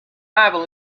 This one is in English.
bible